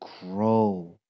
grow